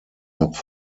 noch